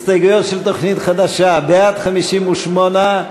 בעד, 58,